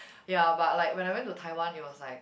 ya but like when I went to Taiwan it was like